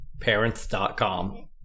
Parents.com